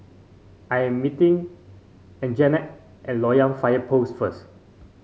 I am meeting Anjanette at Loyang Fire Post first